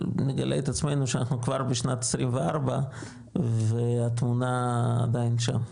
נגלה את עצמנו שאנחנו כבר בשנת 24 והתמונה עדיין שם.